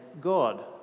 God